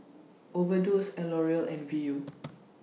Overdose L'Oreal and Viu